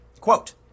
Quote